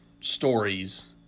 stories